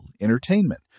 entertainment